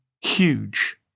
huge